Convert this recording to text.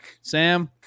Sam